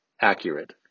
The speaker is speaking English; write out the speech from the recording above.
accurate